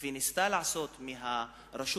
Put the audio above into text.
וניסתה לעשות מהרשות